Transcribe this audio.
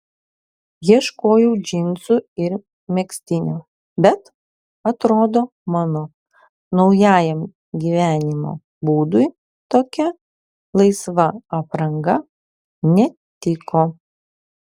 ieškojau džinsų ir megztinio bet atrodo mano naujajam gyvenimo būdui tokia laisva apranga netiko